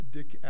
Dick